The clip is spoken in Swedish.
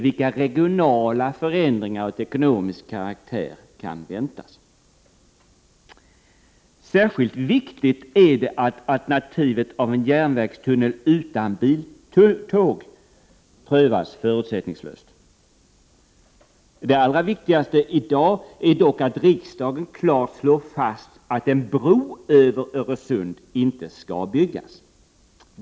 Vilka regionala förändringar av ekonomisk karaktär kan väntas? Särskilt viktigt är det att alternativet med en järnvägstunnel utan biltåg prövas förutsättningslöst. Det allra viktigaste i dag är dock att riksdagen klart slår fast att en bro över Öresund inte skall byggas.